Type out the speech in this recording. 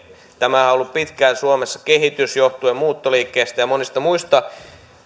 tämä on ollut pitkään suomessa kehitys johtuen muuttoliikkeestä ja monista